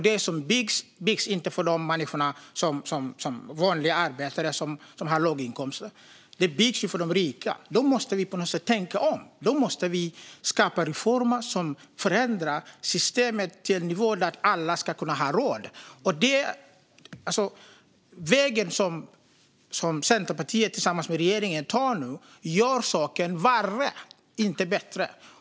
Det byggs inte för vanliga arbetare som har låga inkomster, utan det byggs för de rika. Vi måste på något sätt tänka om. Vi måste skapa reformer som förändrar systemet så att det blir en nivå där alla ska kunna ha råd. Vägen som Centerpartiet tillsammans med regeringen nu tar gör saken värre och inte bättre.